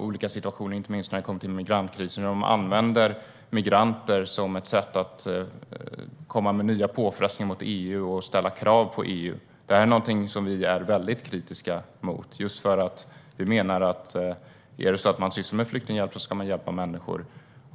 olika situationer, inte minst när det kommer till migrantkrisen, och hur man använder migranter som ett sätt att komma med nya utpressningar mot EU och ställa krav på EU. Det är något som vi är väldigt kritiska mot, för vi menar att om man sysslar med flyktinghjälp ska man hjälpa människor.